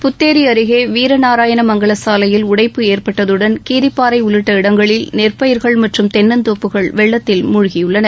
புத்தேரி அருகே வீரநாராயண மங்கள சாலையில் உடைப்பு ஏற்பட்டதுடன் கீரிப்பாறை உள்ளிட்ட இடங்களில் நெற்பயிர்கள் மற்றும் தென்னந்தோப்புகள் வெள்ளத்தில் முழ்கியுள்ளன